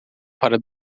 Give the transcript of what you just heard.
para